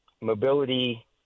mobility